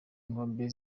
inkombe